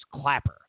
Clapper